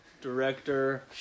director